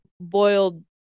boiled